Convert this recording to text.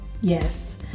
Yes